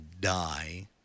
die